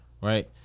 right